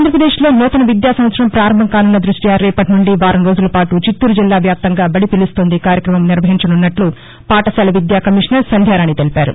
ఆంధ్రాప్రదేశ్లో నూతన విద్యా సంవత్సరం ప్రారంభం కానున్న దృష్ట్య రేపటి నుండి వారం రోజులపాటు చిత్తూరు జిల్లా వ్యాప్తంగా బది పిలుస్తోంది కార్యక్రమం నిర్వహించనున్నట్లు పాఠశాల విద్యా కమిషనర్ సంధ్యారాణి తెలిపారు